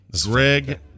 Greg